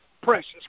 Precious